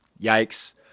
Yikes